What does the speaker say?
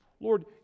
Lord